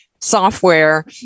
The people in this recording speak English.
software